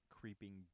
Creeping